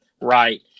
Right